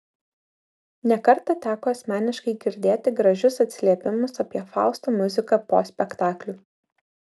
ne kartą teko asmeniškai girdėti gražius atsiliepimus apie fausto muziką po spektaklių